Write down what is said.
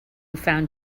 found